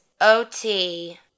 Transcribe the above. OT